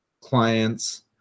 clients